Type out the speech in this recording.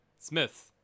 Smith